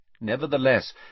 Nevertheless